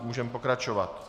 Můžeme pokračovat.